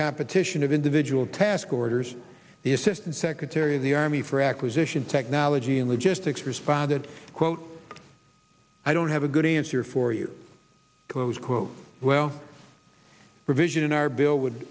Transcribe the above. competition of individual task orders the assistant secretary of the army for acquisition technology and logistics responded quote i don't have a good answer for you close quote well provision in our bill would